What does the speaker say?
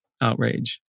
outrage